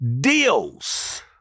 deals